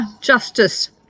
Justice